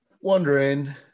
wondering